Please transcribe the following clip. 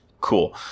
Cool